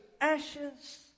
ashes